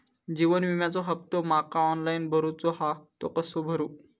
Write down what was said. जीवन विम्याचो हफ्तो माका ऑनलाइन भरूचो हा तो कसो भरू?